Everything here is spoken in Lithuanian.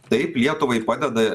taip lietuvai padeda